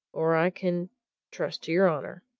or i can trust to your honour!